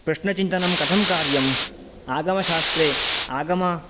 प्रश्नचिन्तनं कथं कार्यम् आगमशास्त्रे आगम